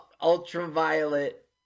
ultraviolet